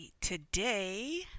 today